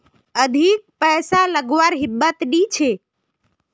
अधिक पैसा लागवार हिम्मत नी छे